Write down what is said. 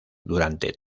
durante